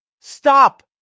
STOP